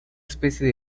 especie